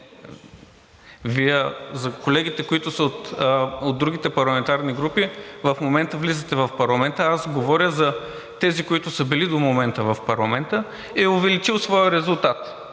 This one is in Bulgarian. Колегите, които са от другите парламентарни групи, в момента влизате в парламента, говоря за тези, които са били до момента в парламента – е увеличила своя резултат.